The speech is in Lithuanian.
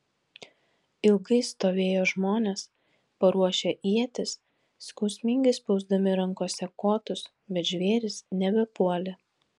ilgai stovėjo žmonės paruošę ietis skausmingai spausdami rankose kotus bet žvėrys nebepuolė